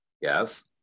Yes